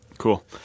Cool